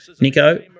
Nico